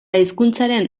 hizkuntzaren